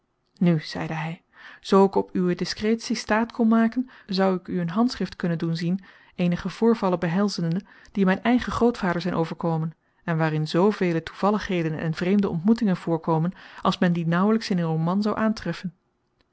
nu zeide hij zoo ik op uw discretie staat kon maken zoû ik u een handschrift kunnen doen zien eenige voorvallen behelzende die mijn eigen grootvader zijn overkomen en waarin zoovele toevalligheden en vreemde ontmoetingen voorkomen als men die naauwlijks in een roman zoû aantreffen